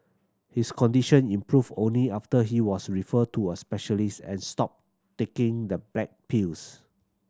his condition improved only after he was referred to a specialist and stopped taking the black pills